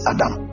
Adam